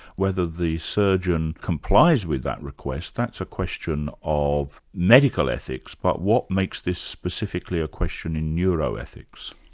whether the surgeon complies with that request, that's a question of medical ethics, but what makes this specifically a question in neuroethics?